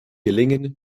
gelingen